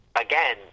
again